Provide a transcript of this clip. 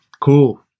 Cool